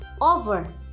over